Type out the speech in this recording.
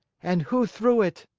and who threw it?